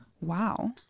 Wow